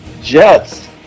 Jets